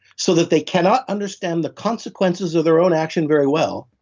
so that they cannot understand the consequences of their own action very well,